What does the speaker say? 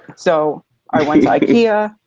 so went to ikea,